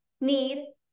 need